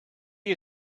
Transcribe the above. you